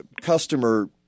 customer